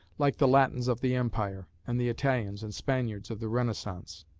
like the latins of the empire and the italians and spaniards of the renaissance.